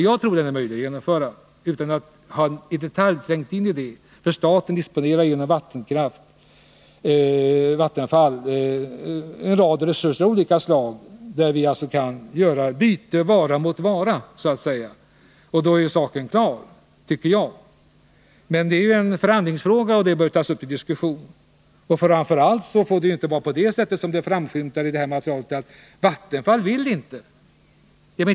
Jag tror, utan att jag trängt in i detta, att den är möjlig att genomföra, för staten disponerar ju genom Vattenfall en rad resurser av olika slag. Vi kan så att säga göra ett byte med vara mot vara, och då är saken klar, tycker jag. Men det är ju en förhandlingsfråga och bör tas upp till diskussion. Framför allt får det inte, som framskymtar i det här materialet, vara avgörande att Vattenfall inte vill.